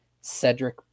Cedric